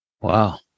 Wow